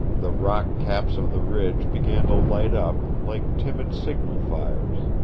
the rock-caps of the ridge began to light up, like timid signal-fires.